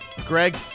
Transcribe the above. Greg